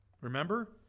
Remember